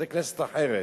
זאת כנסת אחרת.